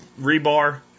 rebar